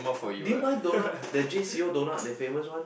do you buy donut the J C O donut the famous one